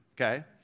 okay